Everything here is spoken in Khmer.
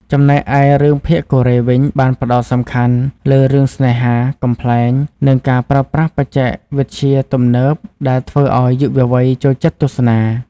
ចំណែកឯរឿងភាគកូរ៉េវិញបានផ្តោតសំខាន់លើរឿងស្នេហា កំប្លែង និងការប្រើប្រាស់បច្ចេកវិទ្យាទំនើបដែលធ្វើឲ្យយុវវ័យចូលចិត្តទស្សនា។